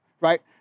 right